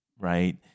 right